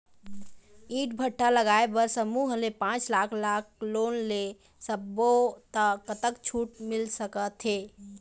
ईंट भट्ठा लगाए बर समूह ले पांच लाख लाख़ लोन ले सब्बो ता कतक छूट मिल सका थे?